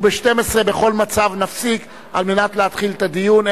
וב-12:00 בכל מצב נפסיק על מנת להתחיל את הדיון,